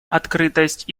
открытость